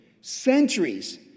centuries